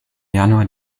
januar